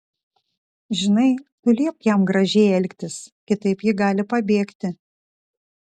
žinai tu liepk jam gražiai elgtis kitaip ji gali pabėgti